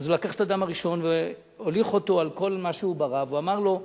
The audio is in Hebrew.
הוא לקח את אדם הראשון והוליך אותו על כל מה שהוא ברא ואמר לו: